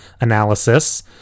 analysis